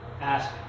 ask